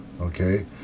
okay